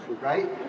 right